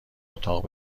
اتاق